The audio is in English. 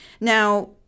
Now